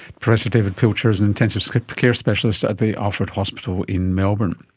professor david pilcher is an intensive care specialist at the alfred hospital in melbourne.